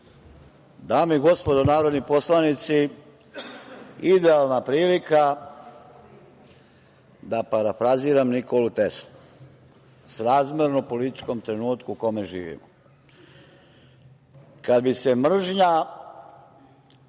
Dame i gospodo narodni poslanici, idealna prilika da parafraziram Nikolu Teslu, srazmerno političkom trenutku u kome živimo. Kada bi se mržnja